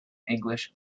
english